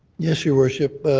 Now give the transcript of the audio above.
yes, your worship.